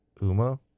Uma